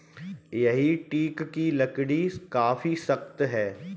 यह टीक की लकड़ी काफी सख्त है